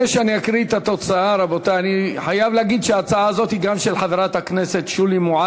להעביר את הצעת חוק מגבלות על חזרתו של עבריין מין לסביבת הנפגע (תיקון,